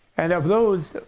and of those,